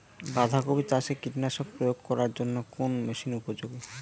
বাঁধা কপি চাষে কীটনাশক প্রয়োগ করার জন্য কোন মেশিন উপযোগী?